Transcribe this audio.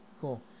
Cool